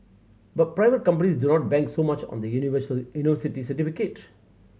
but private companies do not bank so much on the university certificate